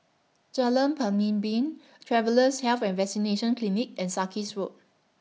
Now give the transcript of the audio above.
Jalan Pemimpin Travellers' Health and Vaccination Clinic and Sarkies Road